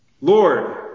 Lord